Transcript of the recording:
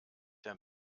der